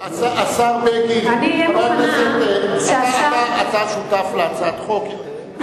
אתה שותף להצעת חוק,